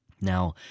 Now